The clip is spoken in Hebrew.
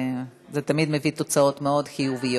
וזה תמיד מביא תוצאות מאוד חיוביות.